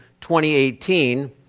2018